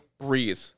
breathe